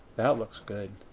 that looks good.